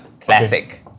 Classic